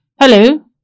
Hello